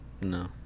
No